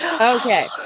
Okay